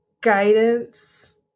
guidance